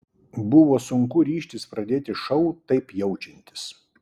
buvo sunku ryžtis pradėti šou taip jaučiantis